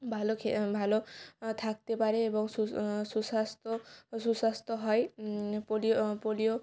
ভালো খেয়ে ভালো থাকতে পারে এবং সুস্থ সুস্বাস্থ্য সুস্বাস্থ্য হয় পোলিও পোলিও